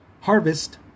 Harvest